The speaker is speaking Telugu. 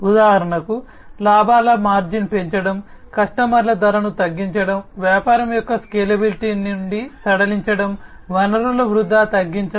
ఉదాహరణకు లాభాల మార్జిన్ పెంచడం కస్టమర్ల ధరను తగ్గించడం వ్యాపారం యొక్క స్కేలబిలిటీ నుండి సడలించడం వనరుల వృధా తగ్గించడం